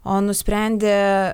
o nusprendė